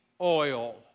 oil